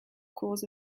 cause